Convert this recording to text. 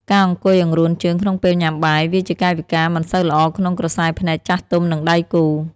ការអង្គុយអង្រួនជើងក្នុងពេលញ៉ាំបាយ វាជាកាយវិការមិនសូវល្អក្នុងក្រសែភ្នែកចាស់ទុំ និងដៃគូ។